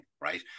right